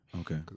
Okay